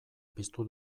piztu